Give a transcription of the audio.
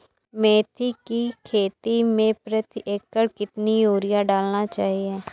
मेथी के खेती में प्रति एकड़ कितनी यूरिया डालना चाहिए?